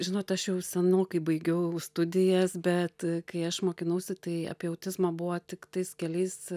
žinot aš jau senokai baigiau studijas bet kai aš mokinausi tai apie autizmą buvo tiktais keliais